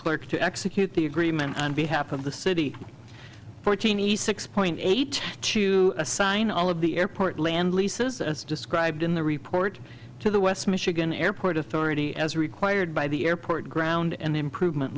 clerk to execute the agreement on behalf of the city fortini six point eight to assign all of the airport land leases as described in the report to the west michigan airport authority as required by the airport ground and improvement